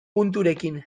punturekin